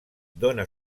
dóna